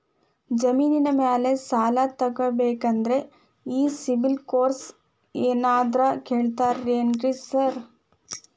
ಜಮೇನಿನ ಮ್ಯಾಲೆ ಸಾಲ ತಗಬೇಕಂದ್ರೆ ಈ ಸಿಬಿಲ್ ಸ್ಕೋರ್ ಏನಾದ್ರ ಕೇಳ್ತಾರ್ ಏನ್ರಿ ಸಾರ್?